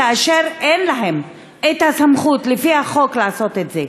כאשר אין להם סמכות לפי החוק לעשות את זה.